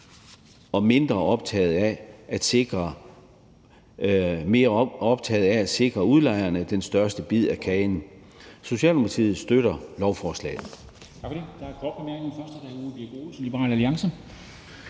er mere optaget af at sikre udlejerne den største bid af kagen. Socialdemokratiet støtter lovforslaget.